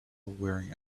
wearing